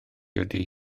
ydy